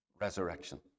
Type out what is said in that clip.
Resurrection